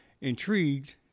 Intrigued